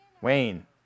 Wayne